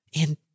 And